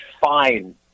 fine